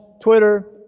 twitter